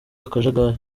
akajagari